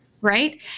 right